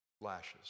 lashes